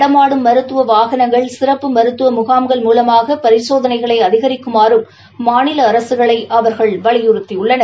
நடமாடும் ம மருத்துவ வாகனங்கள் சிறப்பு ம மருத்துவ ம முகாம்கள் ம மூலமாக பரிசோதனைகளை அதிகரிக்குமாறும் மாநில அரசுகளை அவர்கள் வலியுறுத்தியுள்ளனர்